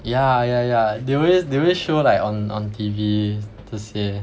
yeah yeah yeah they always they always show like on on T_V to s~